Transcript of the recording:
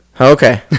Okay